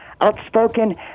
outspoken